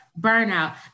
burnout